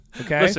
Okay